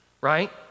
right